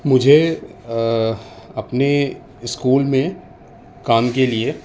مجھے اپنے اسکول میں کام کے لیے